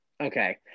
Okay